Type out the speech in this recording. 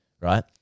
right